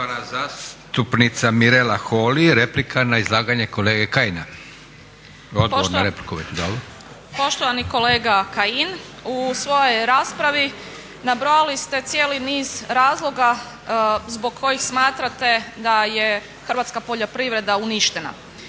Poštovana zastupnica Mirela Holy, replika na izlaganje kolege Kajina. Odgovor na repliku. **Holy, Mirela (ORaH)** Poštovani kolega Kajin, u svojoj raspravi nabrojali ste cijeli niz razloga zbog kojih smatrate da je hrvatska poljoprivreda uništena.